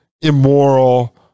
immoral